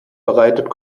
bereitet